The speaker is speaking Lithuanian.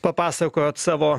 papasakojot savo